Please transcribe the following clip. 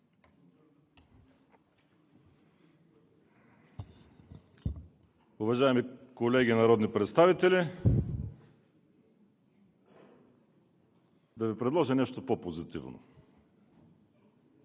Уважаеми колеги народни представители, да Ви предложа нещо по-позитивно.